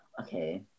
Okay